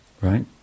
Right